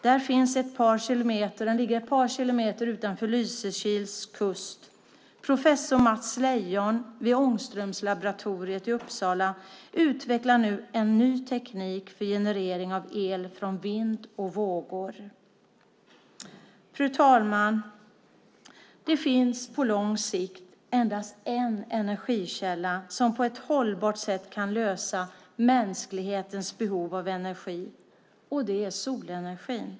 Den ligger ett par kilometer utanför Lysekils kust. Professor Mats Leijon vid Ångströmlaboratoriet i Uppsala utvecklar nu en ny teknik för generering av el från vind och vågor. Fru talman! Det finns på lång sikt endast en energikälla som på ett hållbart sätt kan lösa mänsklighetens behov av energi, och det är solenergi.